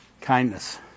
Kindness